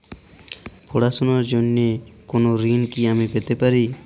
পড়াশোনা র জন্য কোনো ঋণ কি আমি পেতে পারি?